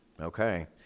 Okay